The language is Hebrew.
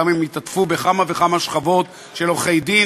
גם אם יתעטפו בכמה וכמה שכבות של עורכי-דין